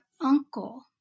uncle